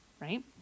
right